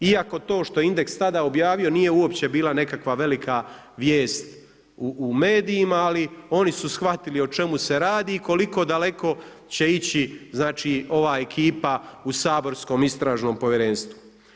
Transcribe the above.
Iako to što je Indeks tada objavio, nije uopće bila nekakva velika vijest u medijima, ali oni su shvatili o čemu se radi i koliko daleko će ići ova ekipa u saborskom Istražnom povjerenstvu.